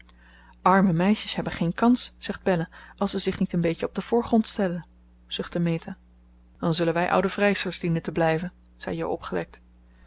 arme meisjes hebben geen kans zegt belle als ze zich niet een beetje op den voorgrond stellen zuchtte meta dan zullen wij oude vrijsters dienen te blijven zei jo opgewekt